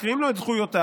מקריאים לו את זכויותיו,